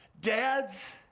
Dads